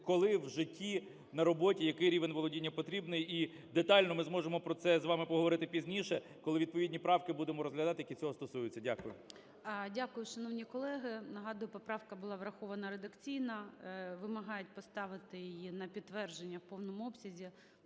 коли в житті, на роботі який рівень володіння потрібний. І детально ми зможемо про це з вами поговорити пізніше, коли відповідні правки будемо розглядати, які цього стосуються. Дякую. ГОЛОВУЮЧИЙ. Дякую. Шановні колеги, нагадую, поправка була врахована редакційно. Вимагають поставити її на підтвердження в повному обсязі.